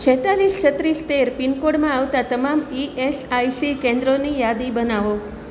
છેત્તાલીસ છત્રીસ તેર પિનકોડમાં આવતાં તમામ ઇએસઆઇસી કેન્દ્રોની યાદી બનાવો